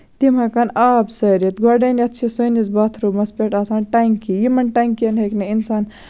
تِم ہیٚکَن آب سٲرِتھ گۄڈٕنیٚتھ چھِ سٲنِس باتھروٗمَس پٮ۪ٹھ آسان ٹیٚنکی یِمن ٹینکین ہیٚکہِ نہٕ اِنسان